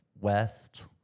west